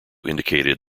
indicated